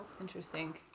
Interesting